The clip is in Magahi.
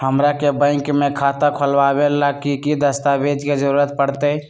हमरा के बैंक में खाता खोलबाबे ला की की दस्तावेज के जरूरत होतई?